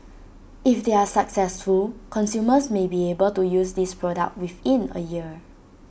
if they are successful consumers may be able to use this product within A year